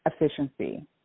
efficiency